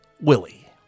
Willie